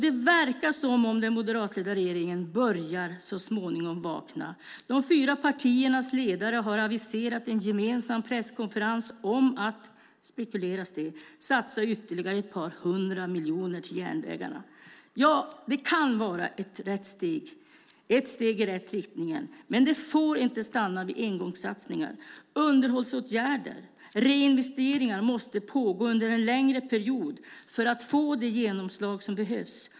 Det verkar som om den moderatledda regeringen så småningom har börjat vakna. De fyra partiernas ledare har aviserat en gemensam presskonferens om att, spekuleras det, satsa ytterligare ett par hundra miljoner på järnvägarna. Ja, det kan ju vara ett steg i rätt riktning, men det får inte stanna vid engångssatsningar. Underhållsåtgärder, reinvesteringar, måste pågå under en längre period för att få det genomslag som behövs.